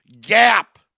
Gap